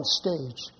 stage